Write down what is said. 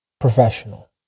professional